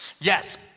Yes